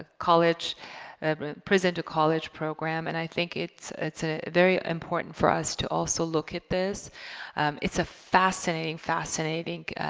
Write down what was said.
ah college prison to college program and i think it's it's a very important for us to also look at this it's a fascinating fascinating